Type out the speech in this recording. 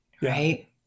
right